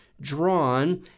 drawn